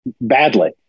badly